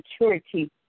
maturity